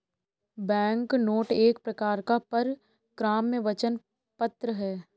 banknote एक प्रकार का परक्राम्य वचन पत्र है